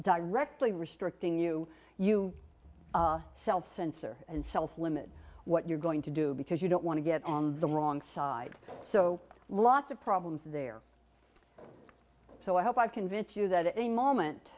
directly restricting you you self censor and self limit what you're going to do because you don't want to get on the wrong side so lots of problems there so i hope i've convinced you that a moment